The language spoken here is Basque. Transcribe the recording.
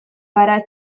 gara